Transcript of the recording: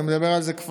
אני מדבר על זה,